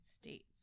States